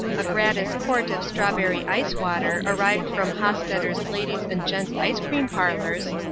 a gratis quart of strawberry ice-water arrived from hostetter's ladies and gents ice-cream parlors,